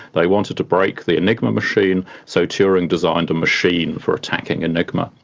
they wanted to break the enigma machine, so turing designed a machine for attacking enigma.